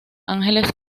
ángeles